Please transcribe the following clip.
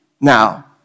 now